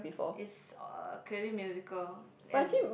is uh clearly musical and